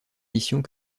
missions